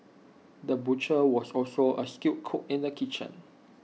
the butcher was also A skilled cook in the kitchen